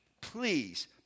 please